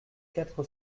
quatre